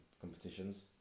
competitions